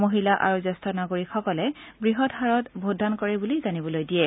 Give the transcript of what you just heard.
মহিলা আৰু জ্যেষ্ঠ নাগৰিকসকলে বৃহত হাৰত ভোটদান কৰে বুলি জানিবলৈ দিয়ে